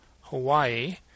Hawaii